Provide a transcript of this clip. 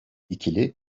i̇kili